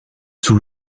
sous